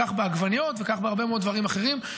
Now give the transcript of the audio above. כך בעגבניות וכך בהרבה מאוד דברים אחרים.